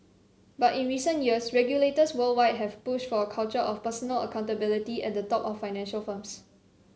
but in recent years regulators worldwide have pushed for a culture of personal accountability at the top of financial firms